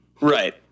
Right